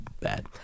Bad